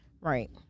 Right